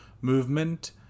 movement